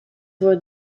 voor